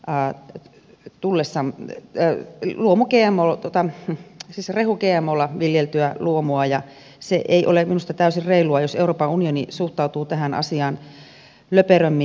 arppe tullessaan käy luomukermaluoto tamppy rehu gmolla viljeltyä luomua ja se ei ole minusta täysin reilua jos euroopan unioni suhtautuu tähän asiaan löperömmin kuin suomi